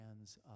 hands